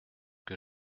que